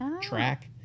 track